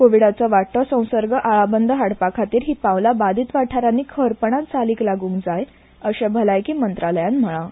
कोविडाचो वाडटो संसर्ग आळाबंद हाडपाखातीर ही पांवला बादित वाठारानी खरपणान चालिक लागूंक जाय अशे भलायकी मंत्रालयान म्हळा